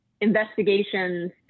investigations